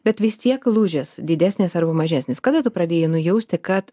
bet vis tiek lūžis didesnis arba mažesnis kada tu pradėjai nujausti kad